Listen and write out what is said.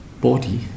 body